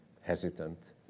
hesitant